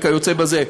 וכיוצא בזה.